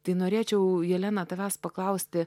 tai norėčiau jelena tavęs paklausti